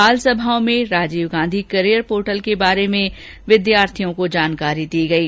बालसभाओं में Rajiv Gandhi career portal के बारे में विद्यार्थियों को जहां जानकारियां दी गयी